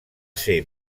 ser